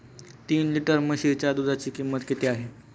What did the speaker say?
तीन लिटर म्हशीच्या दुधाची किंमत किती आहे?